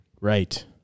Right